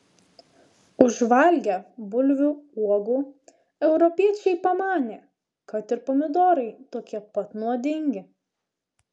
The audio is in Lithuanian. užvalgę bulvių uogų europiečiai pamanė kad ir pomidorai tokie pat nuodingi